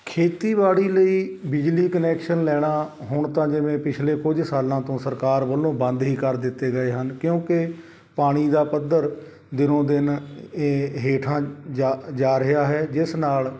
ਖੇਤੀਬਾੜੀ ਲਈ ਬਿਜਲੀ ਕਨੈਕਸ਼ਨ ਲੈਣਾ ਹੁਣ ਤਾਂ ਜਿਵੇਂ ਪਿਛਲੇ ਕੁਝ ਸਾਲਾਂ ਤੋਂ ਸਰਕਾਰ ਵੱਲੋਂ ਬੰਦ ਹੀ ਕਰ ਦਿੱਤੇ ਗਏ ਹਨ ਕਿਉਂਕਿ ਪਾਣੀ ਦਾ ਪੱਧਰ ਦਿਨੋਂ ਦਿਨ ਇਹ ਹੇਠਾਂ ਜਾ ਜਾ ਰਿਹਾ ਹੈ ਜਿਸ ਨਾਲ